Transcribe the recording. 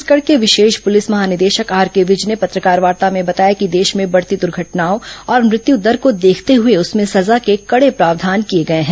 छत्तीसगढ़ के विशेष पुलिस महानिदेशक आरके विज ने पत्रकारवार्ता में बताया कि देश में बढ़ती द्र्घटनाओं और मृत्यू दर को देखते हुए उसमें सजा के कड़े प्रावधान किए गए हैं